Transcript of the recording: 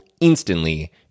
instantly